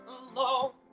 alone